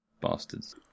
bastards